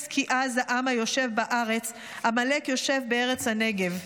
כי עז העם היֹשב בארץ --- עמלק יושב בארץ הנגב".